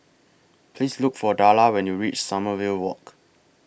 Please Look For Darla when YOU REACH Sommerville Walk